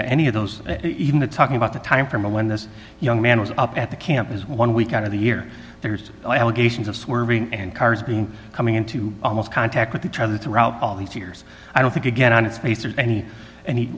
that any of those even the talking about the time from when this young man was up at the camp is one week out of the year there's allegations of swerving and cars being coming into almost contact with each other throughout all these years i don't think again on its face or any an